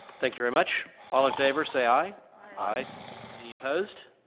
thank you very much all in favor say aye aye any opposed